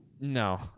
No